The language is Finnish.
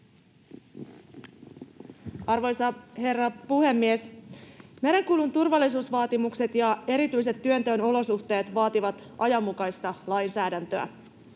Arvoisa herra puhemies! Merenkulun turvallisuusvaatimukset ja erityiset työnteon olosuhteet vaativat ajanmukaista lainsäädäntöä.